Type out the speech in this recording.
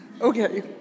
Okay